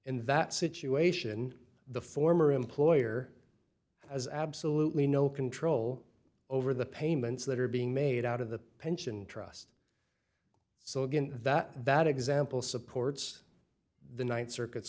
in that situation the former employer has absolutely no control over the payments that are being made out of the pension trust so again that that example supports the th circuit